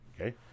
Okay